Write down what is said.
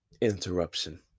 interruption